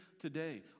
today